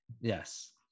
Yes